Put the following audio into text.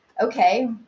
okay